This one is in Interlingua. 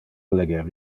leger